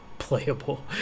playable